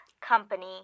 company